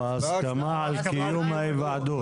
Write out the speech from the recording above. קיום ההיוועדות?